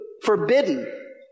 Forbidden